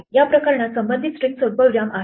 या प्रकरणात संबंधित स्ट्रिंग स्वल्पविराम आहे